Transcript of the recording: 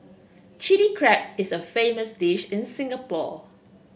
Chilli Crab is a famous dish in Singapore